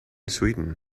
sweden